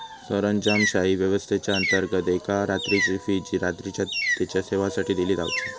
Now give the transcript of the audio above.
सरंजामशाही व्यवस्थेच्याअंतर्गत एका रात्रीची फी जी रात्रीच्या तेच्या सेवेसाठी दिली जावची